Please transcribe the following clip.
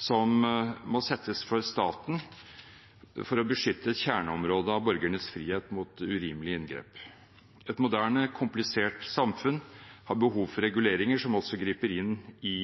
som må settes for staten for å beskytte et kjerneområde av borgernes frihet mot urimelige inngrep. Et moderne, komplisert samfunn har behov for reguleringer som også griper inn i